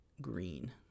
green